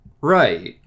right